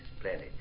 planet